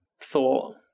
thought